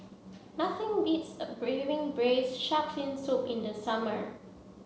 nothing beats having braised shark fin soup in the summer